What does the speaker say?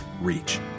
reach